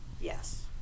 Yes